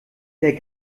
der